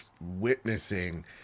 witnessing